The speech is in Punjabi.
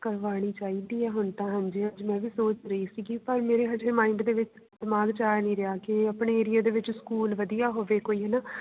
ਕਰਵਾਉਣੀ ਚਾਹੀਦੀ ਹੈ ਹੁਣ ਤਾਂ ਹਾਂਜੀ ਹਾਂਜੀ ਮੈਂ ਵੀ ਸੋਚ ਰਹੀ ਸੀਗੀ ਪਰ ਮੇਰੇ ਹਾਲੇ ਮਾਈਂਡ ਦੇ ਵਿੱਚ ਦਿਮਾਗ 'ਚ ਆ ਨਹੀਂ ਰਿਹਾ ਕਿ ਆਪਣੇ ਏਰੀਏ ਦੇ ਵਿੱਚ ਸਕੂਲ ਵਧੀਆ ਹੋਵੇ ਕੋਈ ਹੈ ਨਾ